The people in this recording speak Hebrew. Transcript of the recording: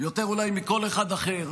אולי יותר מכל אחד אחר,